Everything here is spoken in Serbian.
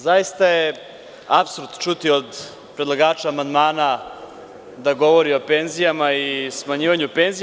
Zaista je apsurd čuti od predlagača amandmana da govori o penzijama i smanjivanju penzija.